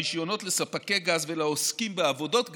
הרישיונות לספקי גז ולעוסקים בעבודות גז,